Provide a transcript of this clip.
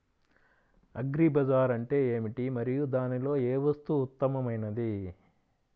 Agri bazaar అంటే ఏమిటి మరియు దానిలో ఏ వస్తువు ఉత్తమమైనది?